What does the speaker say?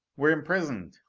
we're imprisoned!